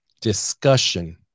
discussion